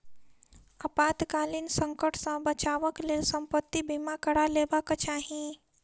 आपातकालीन संकट सॅ बचावक लेल संपत्ति बीमा करा लेबाक चाही